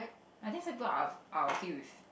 I think some people are are okay with